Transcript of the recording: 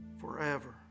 forever